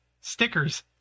stickers